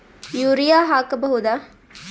Urea ಹಾಕ್ ಬಹುದ?